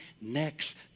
next